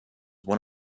one